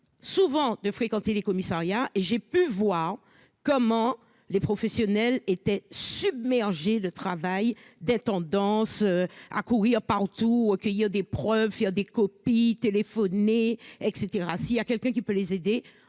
souvent de fréquenter les commissariats et j'ai pu voir comment les professionnels étaient submergés de travail, des tendances à courir partout, recueillir des preuves, y a des copies téléphoner et cetera si à quelqu'un qui peut les aider